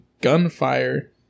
gunfire